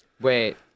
wait